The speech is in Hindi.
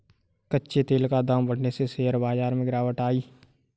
कच्चे तेल का दाम बढ़ने से शेयर बाजार में गिरावट आई